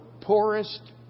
poorest